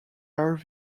married